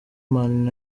man